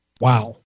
Wow